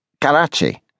Karachi